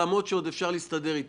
אפשר להסתדר איתה.